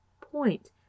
point